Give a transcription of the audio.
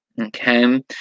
Okay